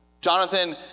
Jonathan